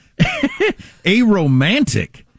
Aromantic